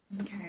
Okay